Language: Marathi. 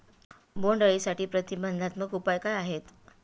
बोंडअळीसाठी प्रतिबंधात्मक उपाय काय आहेत?